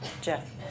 Jeff